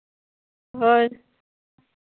ᱦᱳᱭ